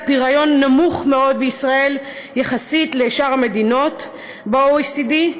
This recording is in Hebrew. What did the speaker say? פריון נמוך מאוד בישראל יחסית לשאר מדינות ה-OECD.